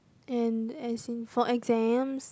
and as in for exams